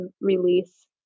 release